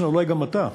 מצנע, ואולי גם אתה,